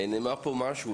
נאמר פה משהו.